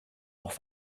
auch